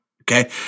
Okay